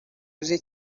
روزیه